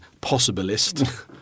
possibilist